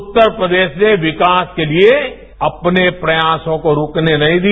उत्तर प्रदेश के विकास के लिए अपने प्रयासों को रूकने नहीं दिया